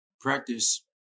practice